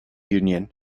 union